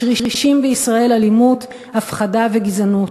משרישים בישראל אלימות, הפחדה וגזענות.